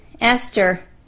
Esther